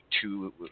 two